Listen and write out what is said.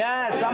Yes